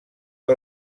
que